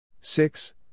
six